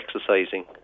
exercising